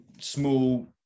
small